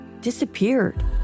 disappeared